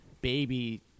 baby